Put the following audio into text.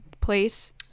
place